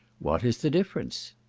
what is the difference?